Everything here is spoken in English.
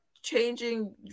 changing